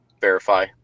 verify